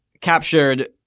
captured